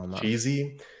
cheesy